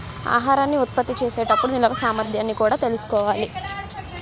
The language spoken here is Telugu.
ఆహారాన్ని ఉత్పత్తి చేసే టప్పుడు నిల్వ సామర్థ్యాన్ని కూడా తెలుసుకోవాలి